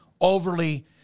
overly –